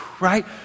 right